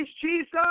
Jesus